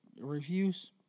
reviews